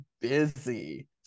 busy